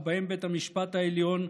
ובהם בית המשפט העליון,